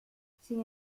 sin